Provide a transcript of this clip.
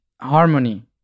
harmony